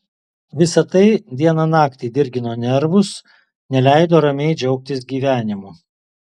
visa tai dieną naktį dirgino nervus neleido ramiai džiaugtis gyvenimu